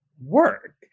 work